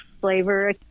flavor